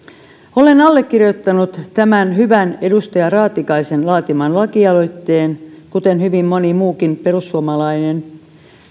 olen allekirjoittanut tämän edustaja raatikaisen laatiman hyvän lakialoitteen kuten hyvin moni muukin perussuomalainen